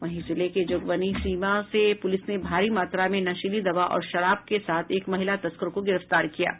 वहीं जिले के जोगबनी सीमा से पुलिस ने भारी मात्रा में नशीली दवा और शराब के साथ एक महिला तस्कर को गिरफ्तार किया है